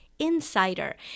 insider